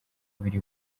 biri